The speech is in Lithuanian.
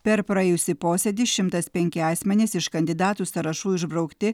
per praėjusį posėdį šimtas penki asmenys iš kandidatų sąrašų išbraukti